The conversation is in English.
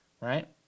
right